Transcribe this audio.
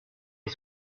est